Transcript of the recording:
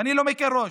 ואני לא מקל ראש.